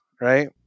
right